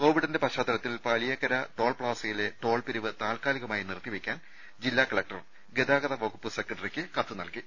കോവിഡിന്റെ പശ്ചാത്തലത്തിൽ പാലി യേക്കര ടോൾപ്പാസയിലെ ടോൾപിരിവ് താൽക്കാലികമായി നിർത്തിവെയ്ക്കാൻ ജില്ലാ കലക്ടർ ഗതാഗത വകുപ്പ് സെക്രട്ടറിക്ക് കത്ത് നൽകി